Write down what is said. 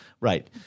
Right